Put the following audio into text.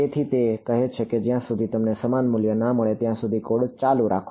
તેથી તે કહે છે કે જ્યાં સુધી તમને સમાન મૂલ્યો ન મળે ત્યાં સુધી કોડ ચાલુ રાખો